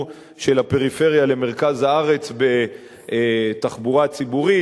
הפריפריה למרכז הארץ בתחבורה ציבורית,